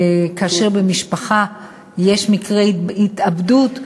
כאשר במשפחה יש מקרה התאבדות,